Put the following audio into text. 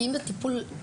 כי אם זה טיפול אקטיבי,